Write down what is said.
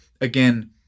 again